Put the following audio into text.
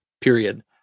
period